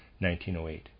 1908